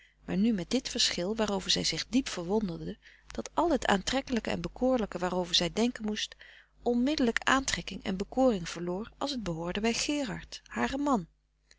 maar nu met dit verschil waarover zij zich diep verwonderde dat al het aantrekkelijke en bekoorlijke waarover zij frederik van eeden van de koele meren des doods denken moest onmiddelijk aantrekking en bekoring verloor als het behoorde bij gerard haren man